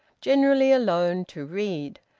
generally alone, to read.